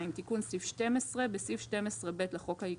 תיקון סעיף 12 2. בסעיף 12(ב) לחוק העיקרי,